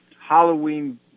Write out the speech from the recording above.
Halloween